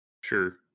Sure